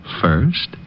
First